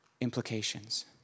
Implications